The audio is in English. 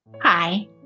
Hi